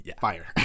fire